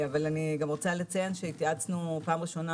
אני גם רוצה לציין שהתייעצנו פעם ראשונה